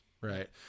right